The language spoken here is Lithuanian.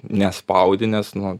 nespaudi nes nu